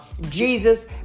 Jesus